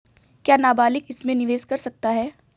क्या नाबालिग इसमें निवेश कर सकता है?